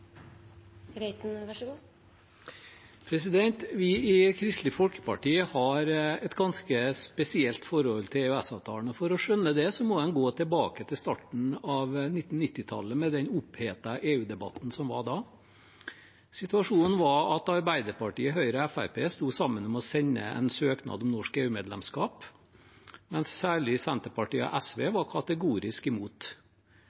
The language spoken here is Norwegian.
Vi i Kristelig Folkeparti har et ganske spesielt forhold til EØS-avtalen. For å skjønne det må en gå tilbake til starten av 1990-tallet med den opphetede EU-debatten som var da. Situasjonen var at Arbeiderpartiet, Høyre og Fremskrittspartiet sto sammen om å sende en søknad om norsk EU-medlemskap, mens særlig Senterpartiet og SV